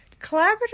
Collaborative